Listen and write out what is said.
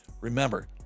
remember